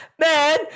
man